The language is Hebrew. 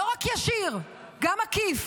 לא רק ישיר גם עקיף.